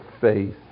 faith